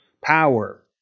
power